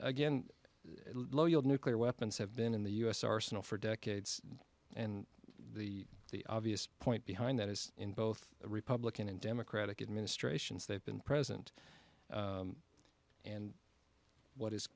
again nuclear weapons have been in the u s arsenal for decades and the the obvious point behind that is in both republican and democratic administrations they've been present and what is